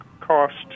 cost